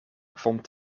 vond